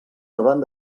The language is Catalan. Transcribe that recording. hauran